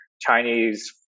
Chinese